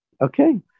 Okay